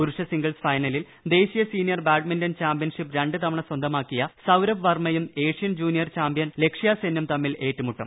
പുരുഷ സിംഗിൾസ് ഫൈനലിൽ ദ്രേശീയ സീനിയർ ബാഡ്മിന്റൺ ചാമ്പ്യൻഷിപ്പ് രണ്ട് തിട്ട്ണ് സ്വന്തമാക്കിയ സൌരഭ് വർമ്മയും ഏഷ്യൻ ജൂനിയർ ചാമ്പ്യൻ ലക്ഷ്യ സെന്നും തമ്മിൽ ഏറ്റുമുട്ടും